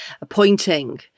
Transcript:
appointing